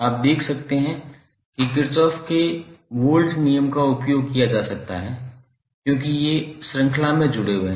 आप देख सकते हैं कि किरचॉफ के वोल्ट नियम का उपयोग किया जा सकता है क्योंकि ये श्रृंखला में जुड़े हुए हैं